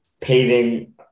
paving